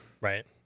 Right